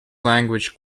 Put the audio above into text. language